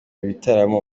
bitaramo